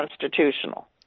constitutional